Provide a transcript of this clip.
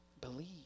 believe